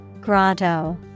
Grotto